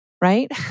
right